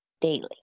daily